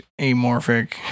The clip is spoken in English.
amorphic